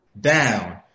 down